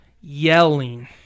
yelling